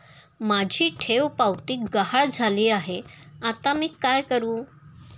माझी ठेवपावती गहाळ झाली आहे, आता मी काय करु?